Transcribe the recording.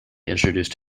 introduced